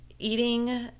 eating